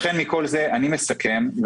אני מסכם: